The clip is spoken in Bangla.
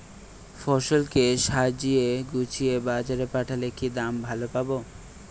ফসল কে সাজিয়ে গুছিয়ে বাজারে পাঠালে কি দাম ভালো পাব?